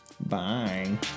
Bye